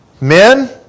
men